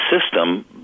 system